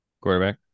Quarterback